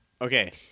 Okay